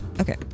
Okay